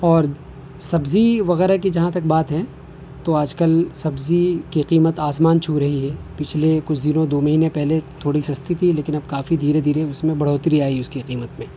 اور سبزی وغیرہ کی جہاں تک بات ہیں تو آج کل سبزی کی قیمت آسمان چھو رہی ہے پچھلے کچھ دنوں دو مہینے پہلے تھوڑی سستی تھی لیکن اب کافی دھیرے دھیرے اس میں بڑھوتری آئی ہے اس کی قیمت میں